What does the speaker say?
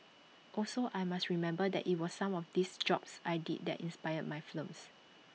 also I must remember that IT was some of these jobs I did that inspired my films